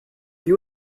you